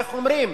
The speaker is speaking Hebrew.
איך אומרים,